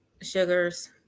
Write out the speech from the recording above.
sugars